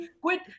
quit